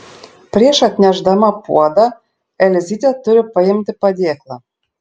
prieš atnešdama puodą elzytė turi paimti padėklą